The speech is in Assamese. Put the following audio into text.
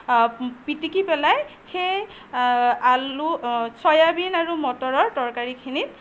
পিটিকি পেলাই সেই আলু চয়াবিন আৰু মটৰৰ তৰকাৰিখিনিত